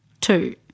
Two